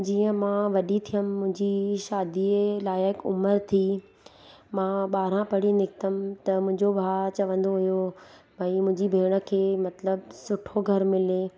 जीअं मां वॾी थियमि मुंहिंजी शादीअ लाइक़ु उमिरि थी मां ॿारहं पढ़ी निकितमि त मुंहिंजो भाउ चवंदो हुयो भाई मुंहिंजी भेण खे मतिलबु सुठो घरु मिले